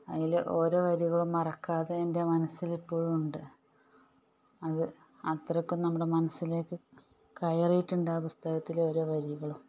അതിലെ ഓരോ വരികളും മറക്കാതെ എൻ്റെ മനസ്സിൽ ഇപ്പോഴും ഉണ്ട് അത് അത്രക്ക് നമ്മുടെ മനസ്സിലേക്ക് കയറിയിട്ടുണ്ടാ പുസ്തകത്തിലെ ഓരോ വരികളും